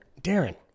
Darren